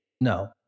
No